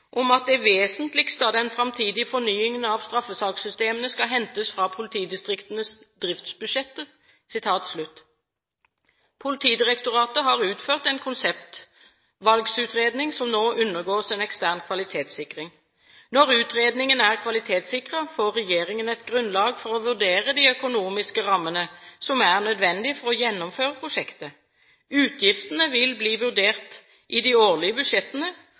det vesentlige» av den framtidige fornyingen av straffesakssystemene «skal hentes direkte fra politidistriktenes driftsbudsjetter». Politidirektoratet har utført en konseptvalgsutredning, som nå undergås en ekstern kvalitetssikring. Når utredningen er kvalitetssikret, får regjeringen et grunnlag for å vurdere de økonomiske rammene som er nødvendig for å gjennomføre prosjektet. Utgiftene vil bli vurdert i de årlige budsjettene,